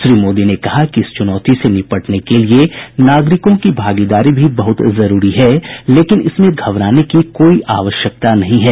श्री मोदी ने कहा कि इस चुनौती से निपटने के लिए नागरिकों की भागीदारी भी बहुत जरूरी है लेकिन इसमें घबराने की कोई आवश्यकता नहीं है